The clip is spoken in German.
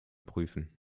prüfen